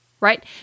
right